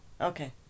Okay